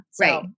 Right